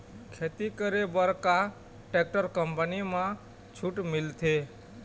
खेती करे बर का टेक्टर कंपनी म छूट मिलथे?